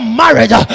marriage